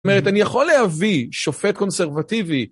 זאת אומרת, אני יכול להביא שופט קונסרבטיבי...